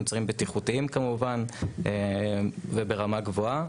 מוצרים בטיחותיים כמובן וברמה גבוהה.